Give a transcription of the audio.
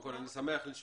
קודם כל אני שמח לשמוע.